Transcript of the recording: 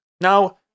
Now